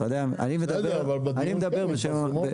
אני מדבר על ממשלה.